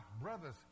brother's